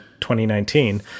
2019